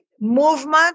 Movement